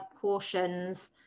portions